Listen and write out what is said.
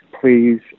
please